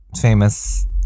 famous